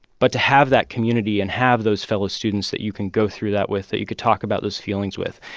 but to have that community and have those fellow students that you can go through that with, that you could talk about those feelings with,